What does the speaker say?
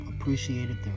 appreciated